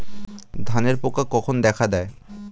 ধানের পোকা কখন দেখা দেয়?